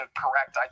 correct